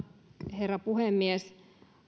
herra puhemies